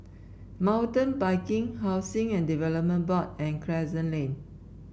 Mountain Biking Housing and Development Board and Crescent Lane